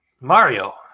Mario